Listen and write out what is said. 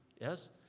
yes